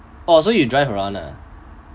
oh so you drive around lah